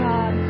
God